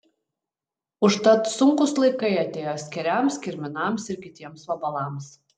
užtat sunkūs laikai atėjo skėriams kirminams ir kitiems vabalams